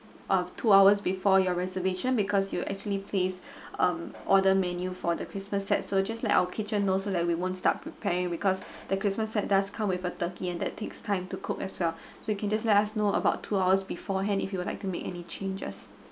uh two hours before your reservation because you actually place um order menu for the christmas set so just like our kitchen know so that we won't start preparing because the christmas set does come with a turkey and that takes time to cook as well so you can just let us know about two hours beforehand if you would like to make any changes